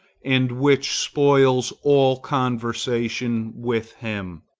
and which spoils all conversation with him.